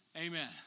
Amen